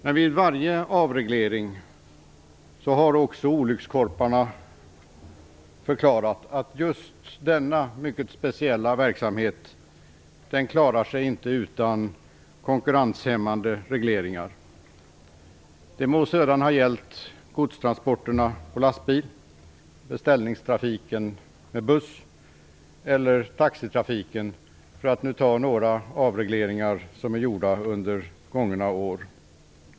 Men vid varje avreglering har också olyckskorparna förklarat att just denna mycket speciella verksamhet inte skulle kunna klara sig utan konkurrenshämmande regleringar, det må sedan ha gällt godstransporter för lastbilar, beställningstrafiken för bussar eller taxitrafik, för att nu nämna några avregleringar som är gjorda under gångna år.